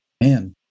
man